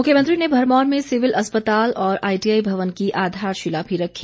मुख्यमंत्री ने भरमौर में सिविल अस्पताल और आईटीआई भवन की आधारशिला भी रखी